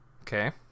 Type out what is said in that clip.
Okay